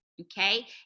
Okay